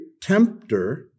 tempter